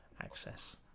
access